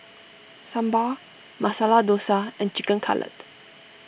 Sambar Masala Dosa and Chicken Cutlet